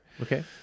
okay